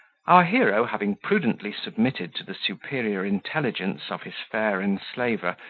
our hero having prudently submitted to the superior intelligence of his fair enslaver,